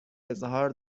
اظهار